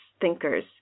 thinkers